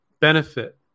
benefit